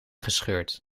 gescheurd